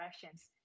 directions